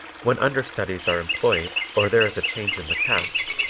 when understudies are employed or there is a change in the cast,